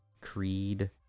Creed